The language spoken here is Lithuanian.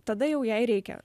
tada jau jai reikia